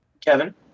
kevin